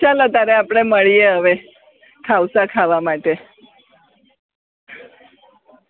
ચાલો ત્યારે આપણે મળીએ હવે ખાવસા ખાવા માટે